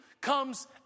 comes